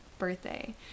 birthday